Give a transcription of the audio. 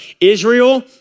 Israel